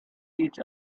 each